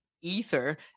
Ether